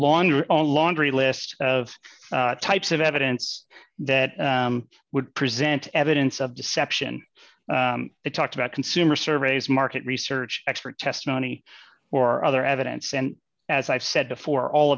own laundry list of types of evidence that would present evidence of deception they talked about consumer surveys market research expert testimony or other evidence and as i've said before all